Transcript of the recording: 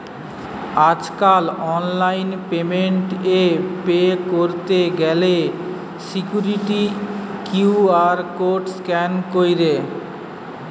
আজকাল online payment এ pay কইরতে গ্যালে সিকুইরিটি কিউ.আর কোড স্ক্যান কইরে